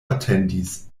atendis